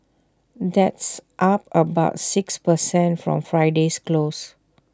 that's up about six per cent from Friday's close